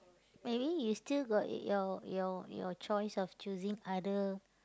I mean you still got your your your choice of choosing other